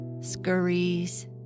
scurries